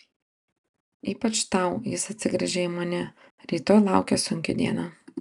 ypač tau jis atsigręžia į mane rytoj laukia sunki diena